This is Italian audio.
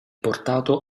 portato